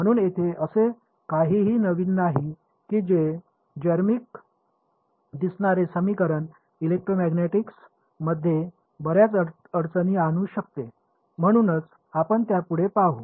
म्हणून येथे असे काहीही नवीन नाही की हे जेर्मिक दिसणारे समीकरण इलेक्ट्रोमॅग्नेटिकमध्ये बर्याच अडचणी आणू शकते म्हणूनच आपण त्याकडे पाहु